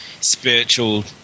spiritual